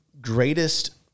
greatest